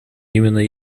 именно